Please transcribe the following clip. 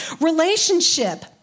relationship